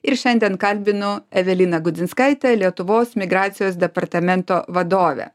ir šiandien kalbinu eveliną gudzinskaitę lietuvos migracijos departamento vadovę